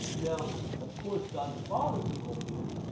now of course god the father could open it,